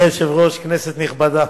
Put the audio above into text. אדוני היושב-ראש, כנסת נכבדה,